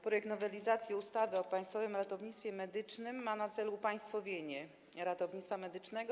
Projekt nowelizacji ustawy o Państwowym Ratownictwie Medycznym ma na celu upaństwowienie ratownictwa medycznego.